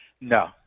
No